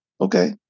Okay